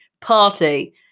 party